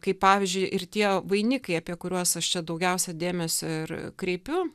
kaip pavyzdžiui ir tie vainikai apie kuriuos aš čia daugiausia dėmesio ir kreipiu